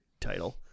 title